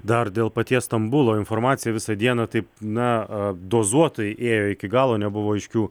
dar dėl paties stambulo informacija visą dieną taip na dozuotai ėjo iki galo nebuvo aiškių